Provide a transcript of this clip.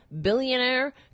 billionaire